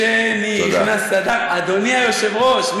"משנכנס אדר" אדוני היושב-ראש,